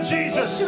Jesus